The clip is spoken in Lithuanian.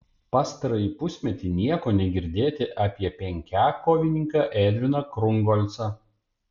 pastarąjį pusmetį nieko negirdėti apie penkiakovininką edviną krungolcą